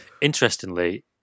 Interestingly